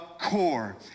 core